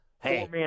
Hey